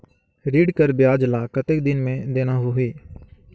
ऋण कर ब्याज ला कतेक दिन मे देना होही?